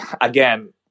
again